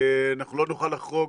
אנחנו לא נוכל לחרוג,